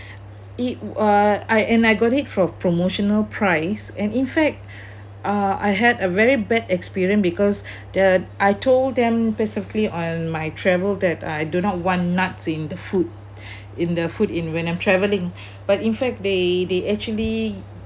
it uh I and I got it for promotional price and in fact uh I had a very bad experience because the I told them basically on my travel that I do not want nuts in the food in the food in when I'm traveling but in fact they they actually